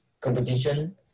competition